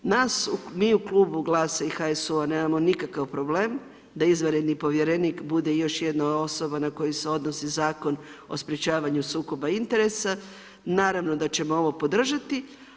Mi u Klubu GLAS-a i HSU-a nemamo nikakav problem da izvanredni povjerenik bude još jedna osoba na koju se odnosi Zakon o sprječavanju sukoba interesa, naravno da ćemo ovo podržati.